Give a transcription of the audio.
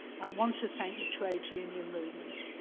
i want to thank the trade union movement.